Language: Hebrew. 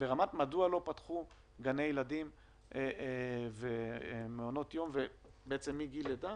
ברמת מדוע לא פתחו גני ילדים ומעונות יום מגיל לידה